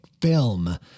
film